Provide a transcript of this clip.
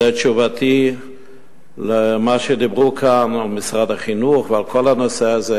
זו תשובתי למה שדיברו כאן על משרד החינוך ועל כל הנושא הזה,